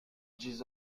dix